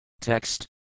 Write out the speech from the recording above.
Text